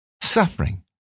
suffering